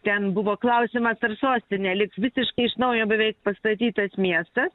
ten buvo klausimas ar sostinė liks visiškai iš naujo beveik pastatytas miestas